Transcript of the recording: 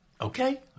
okay